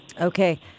Okay